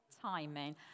timing